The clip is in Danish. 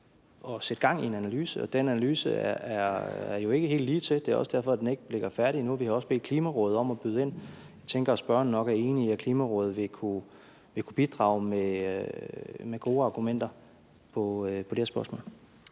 at sætte gang i en analyse. Den analyse er jo ikke helt ligetil. Det er også derfor, at den ikke ligger færdig endnu. Vi har også bedt Klimarådet om at byde ind. Jeg tænker, at spørgeren nok er enig i, at Klimarådet vil kunne bidrage med gode argumenter i det her spørgsmål.